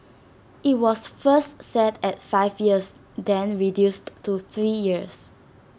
IT was first set at five years then reduced to three years